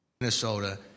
Minnesota